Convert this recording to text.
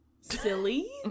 Silly